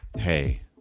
Hey